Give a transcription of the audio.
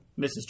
Mrs